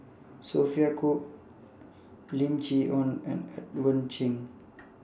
Sophia Cooke Lim Chee Onn and Edmund Cheng